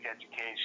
education